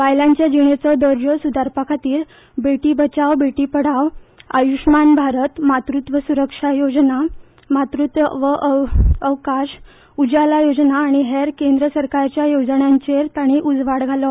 बायलांच्या जिणेचो दर्जो सुधारपा खातीर बेटी बचाव बेटी पढावो आयुषमान भारत मातृत्व सुरक्षा योजना मातृत्व अवकाश उजाला योजना आनी हेर केंद्र सरकाराच्यो येवजण्यांचेर तांणी उजवाड घालो